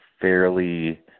fairly